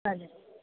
चालेल